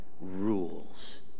rules